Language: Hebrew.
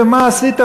ומה עשית,